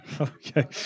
Okay